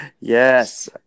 Yes